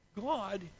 God